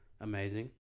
Amazing